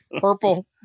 Purple